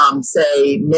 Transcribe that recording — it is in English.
say